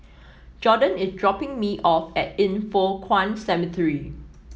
Jordon is dropping me off at Yin Foh Kuan Cemetery